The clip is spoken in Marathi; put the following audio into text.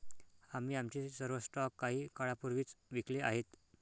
आम्ही आमचे सर्व स्टॉक काही काळापूर्वीच विकले आहेत